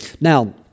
Now